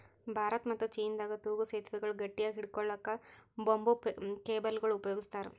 ಭಾರತ ಮತ್ತ್ ಚೀನಾದಾಗ್ ತೂಗೂ ಸೆತುವೆಗಳ್ ಗಟ್ಟಿಯಾಗ್ ಹಿಡ್ಕೊಳಕ್ಕ್ ಬಂಬೂ ಕೇಬಲ್ಗೊಳ್ ಉಪಯೋಗಸ್ತಾರ್